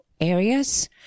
areas